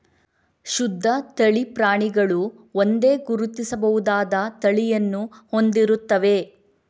ಶುದ್ಧ ತಳಿ ಪ್ರಾಣಿಗಳು ಒಂದೇ, ಗುರುತಿಸಬಹುದಾದ ತಳಿಯನ್ನು ಹೊಂದಿರುತ್ತವೆ